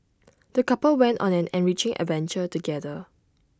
the couple went on an enriching adventure together